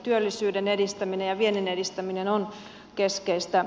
työllisyyden edistäminen ja viennin edistäminen ovat keskeisiä